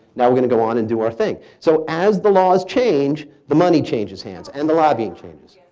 now we're going to go on and do our thing. so as the laws change, the money changes hands and the lobbying changes.